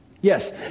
Yes